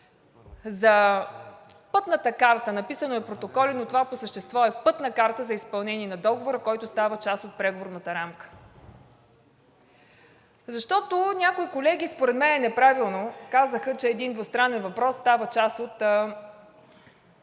за пътната карта, написано е протоколи, но това по същество е пътна карта за изпълнение на договора, който става част от Преговорната рамка. Защото някои колеги, според мен неправилно, казаха, че един двустранен въпрос става част от